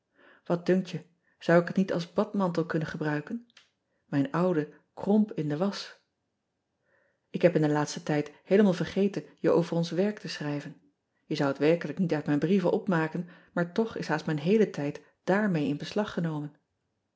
at dunkt je zou ik het niet als badmantel kunnen gebruiken ijn oude kromp in de wasch k heb in den laatsten tijd heelemaal vergeten je over ons werk te schrijven e zou het werkelijk niet uit mijn brieven opmaken maar toch is haast mijn heele tijd daarmee in beslag genomen